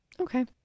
okay